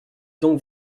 donc